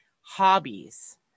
hobbies